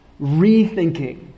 rethinking